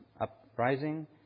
uprising